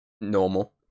normal